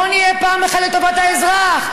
בואו נהיה פעם אחת לטובת האזרח.